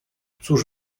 cóż